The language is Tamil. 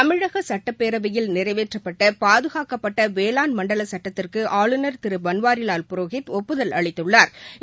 தமிழக சுட்டப்பேரவையில் நிறைவேற்றப்பட்ட பாதுகாக்கப்பட்ட வேளாண் மண்டல சுட்டத்திற்கு ஆளுநர் திரு பன்வாரிலால் புரோஹித் ஒப்புதல் அளித்துள்ளாா்